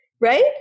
right